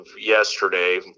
yesterday